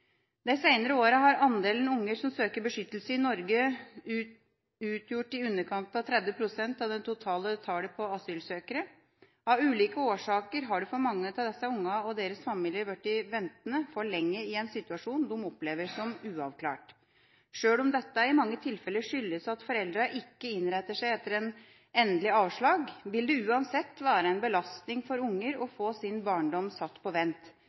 De senere åra har andelen unger som søker beskyttelse i Norge, utgjort i underkant av 30 pst. av det totale tallet på asylsøkere. Av ulike årsaker har for mange av disse ungene og deres familier blitt ventende for lenge i en situasjon de opplever som uavklart. Sjøl om dette i mange tilfeller skyldes at foreldrene ikke innretter seg etter endelige avslag, vil det uansett være en belastning for unger å få sin barndom satt på vent.